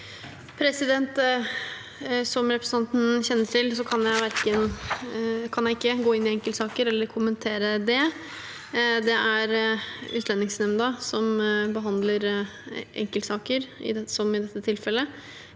Som representan- ten kjenner til, kan jeg ikke gå inn i enkeltsaker eller kommentere dem. Det er Utlendingsnemnda som behandler enkeltsaker, som i dette tilfellet,